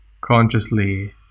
consciously